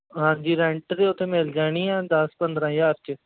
ਹਾਂਜੀ ਰੈਂਟ ਦੇ ਉੱਤੇ ਮਿਲ ਜਾਣੀ ਆ ਦਸ ਪੰਦਰਾਂ ਹਜ਼ਾਰ 'ਚ